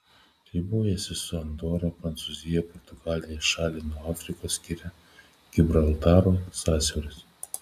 ribojasi su andora prancūzija portugalija šalį nuo afrikos skiria gibraltaro sąsiauris